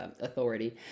authority